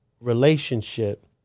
relationship